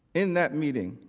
in that meeting.